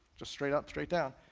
just straight up straight down.